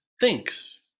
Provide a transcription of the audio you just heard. thinks